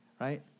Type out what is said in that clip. right